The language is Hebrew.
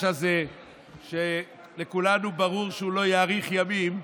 הזה שלכולנו ברור שהוא לא יאריך ימים,